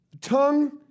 Tongue